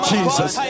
Jesus